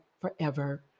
forever